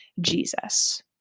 Jesus